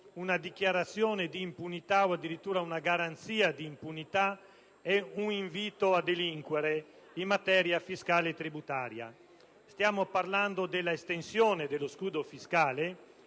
una dichiarazione se non addirittura una garanzia di impunità ed un invito a delinquere in materia fiscale e tributaria. Stiamo parlando dell'estensione dello scudo fiscale